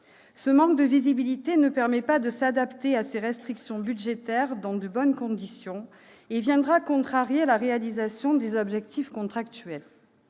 Ce manque de visibilité ne permet pas de s'adapter à ces restrictions budgétaires dans de bonnes conditions et viendra contrarier la réalisation des objectifs contractuels.